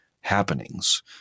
happenings